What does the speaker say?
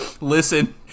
listen